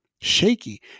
Shaky